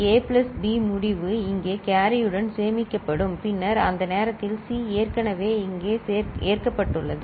ஏ plus B முடிவு இங்கே கேரியுடன் சேமிக்கப்படும் பின்னர் அந்த நேரத்தில் சி ஏற்கனவே இங்கே ஏற்றப்பட்டுள்ளது